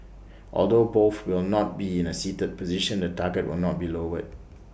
although both will not be in A seated position the target will not be lowered